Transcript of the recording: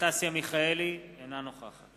אנסטסיה מיכאלי, אינה נוכחת